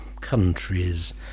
countries